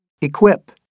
Equip